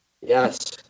Yes